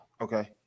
okay